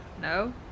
no